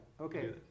Okay